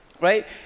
right